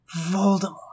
Voldemort